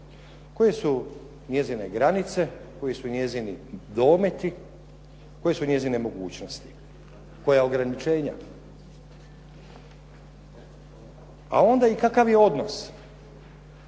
koje su njezine granice, koji su njezini dometi, koje su njezine mogućnosti, koja ograničenja a onda i kakav je odnos